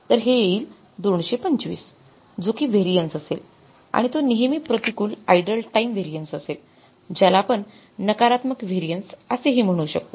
तर ते येईल २२५ जो कि व्हेरिएन्स असेल आणि तो नेहमी प्रतिकूल आइडल टाईम व्हेरिएन्स असेल ज्याला आपण नकारात्मक व्हेरिएन्स असे हि म्हणू शकतो